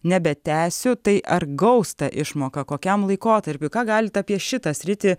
nebetęsiu tai ar gaus tą išmoką kokiam laikotarpiui ką galit apie šitą sritį